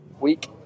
week